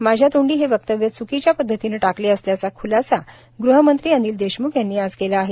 माझ्या तोंडी हे वक्तव्य चुकीच्या पध्दतीने टाकले असल्याचा खुलासा गृह मंत्री अनिल देशमुख यांनी आज केला आहे